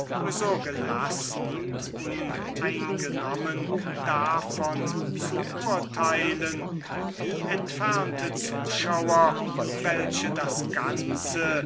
so gelassen und uneingenommen davon zu urteilen wie entfernte zuschauer welche das ganze